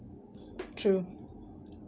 true